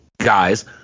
guys